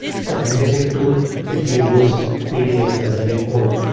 it's an amazing tool if you uses pdf as an import,